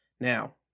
Now